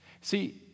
See